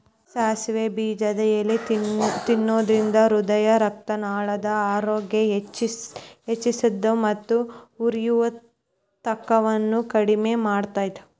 ಸಾಸಿವೆ ಬೇಜದ ಎಲಿ ತಿನ್ನೋದ್ರಿಂದ ಹೃದಯರಕ್ತನಾಳದ ಆರೋಗ್ಯ ಹೆಚ್ಹಿಸ್ತದ ಮತ್ತ ಉರಿಯೂತವನ್ನು ಕಡಿಮಿ ಮಾಡ್ತೆತಿ